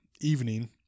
evening